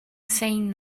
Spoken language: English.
saying